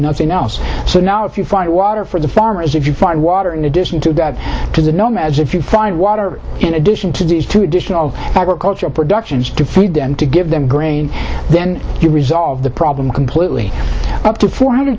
nothing else so now if you find water for the farmers if you find water in addition to that to the nomads if you find water in addition to these two additional agricultural production to feed them to give them grain then you resolve the problem completely up to four hundred